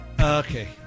Okay